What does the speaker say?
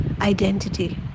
identity